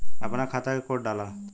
अपना खाता के कोड डाला